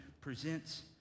presents